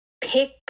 pick